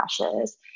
crashes